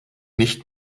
nicht